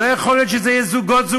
לא יכול להיות שזה יהיה זוגות-זוגות.